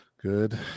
Good